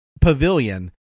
pavilion